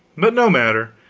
but no matter,